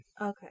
Okay